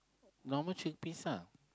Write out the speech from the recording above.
normal chickpeas lah